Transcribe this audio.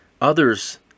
Others